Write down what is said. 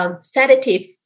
Sedative